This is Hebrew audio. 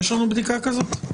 יש לנו בדיקה כזאת?